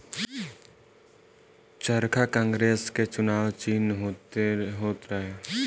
चरखा कांग्रेस के चुनाव चिन्ह होत रहे